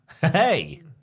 Hey